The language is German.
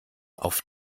auf